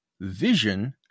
vision